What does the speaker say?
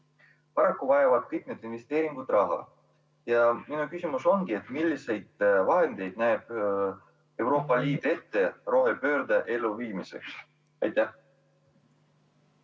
Paraku vajavad kõik need investeeringud raha. Minu küsimus ongi, et milliseid vahendeid näeb Euroopa Liit ette rohepöörde elluviimiseks. Suur